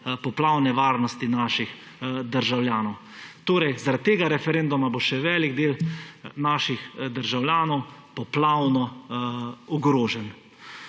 poplavne varnosti naših državljanov. Torej, zaradi tega referenduma bo še velik del naših državljanov poplavno ogrožen.